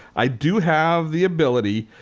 i do have the ability,